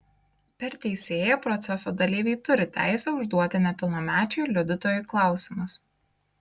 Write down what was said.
per teisėją proceso dalyviai turi teisę užduoti nepilnamečiui liudytojui klausimus